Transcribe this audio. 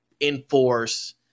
enforce